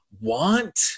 want